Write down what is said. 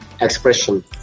expression